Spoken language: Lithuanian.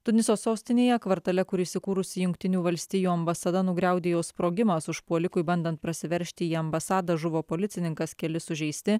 tuniso sostinėje kvartale kur įsikūrusi jungtinių valstijų ambasada nugriaudėjo sprogimas užpuolikui bandant prasiveržti į ambasadą žuvo policininkas keli sužeisti